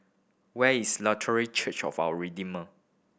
where is Luthery Church of Our Redeemer